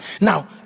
Now